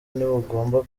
ntibugomba